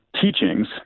teachings